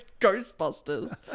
Ghostbusters